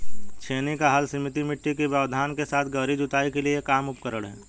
छेनी का हल सीमित मिट्टी के व्यवधान के साथ गहरी जुताई के लिए एक आम उपकरण है